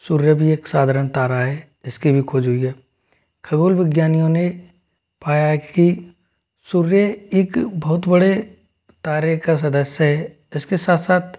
सूर्य भी एक साधारण तारा है इसकी भी खोज हुई है खगोल वैज्ञानियों ने पाया है कि सूर्य एक बहुत बड़े तारे का सदस्य है इसके साथ साथ